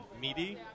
meaty